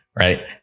Right